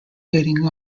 getting